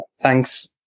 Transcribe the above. thanks